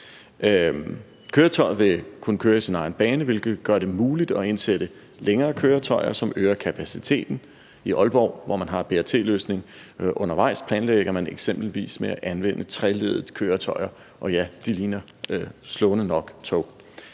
Køretøjet vil kunne køre i sin egen bane, hvilket gør det muligt at indsætte længere køretøjer, som øger kapaciteten. I Aalborg, hvor man har BRT-løsningen undervejs, planlægger man eksempelvis at anvende treleddede køretøjer, og ja, de ligner slående nok tog.